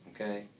okay